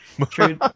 True